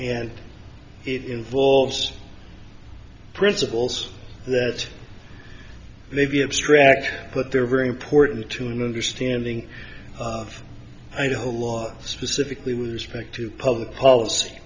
and it involves principles that may be abstract but they're very important to remember standing of idaho law specifically with respect to public policy